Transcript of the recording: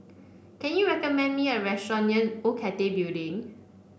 can you recommend me a restaurant near Old Cathay Building